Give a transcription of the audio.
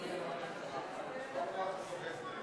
בדבר הפחתת תקציב לא נתקבלו.